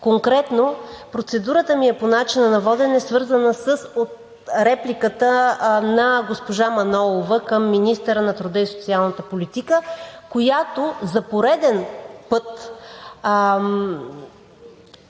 Конкретно процедурата ми е по начина на водене, свързана с репликата на госпожа Манолова към министъра на труда и социалната политика, която за пореден път